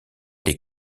des